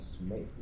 make